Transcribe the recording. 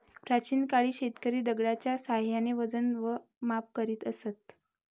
प्राचीन काळी शेतकरी दगडाच्या साहाय्याने वजन व माप करीत असत